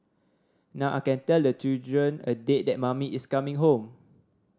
now I can tell the children a date that mummy is coming home